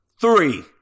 three